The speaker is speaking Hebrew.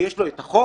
יש לו את החוק,